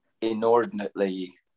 inordinately